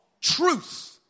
truth